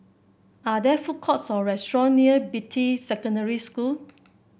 are there food courts or restaurants near Beatty Secondary School